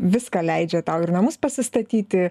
viską leidžia tau ir namus pasistatyti